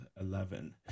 eleven